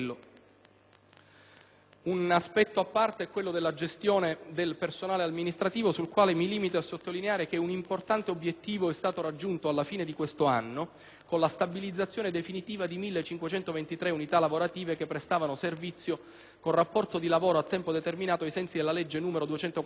Un aspetto a parte riguarda la gestione del personale amministrativo, sul quale mi limito a sottolineare che un importante obiettivo è stato raggiunto alla fine di quest'anno con la stabilizzazione definitiva di 1.523 unità lavorative che prestavano servizio con rapporto di lavoro a tempo determinato ai sensi della legge n. 242 del 2000.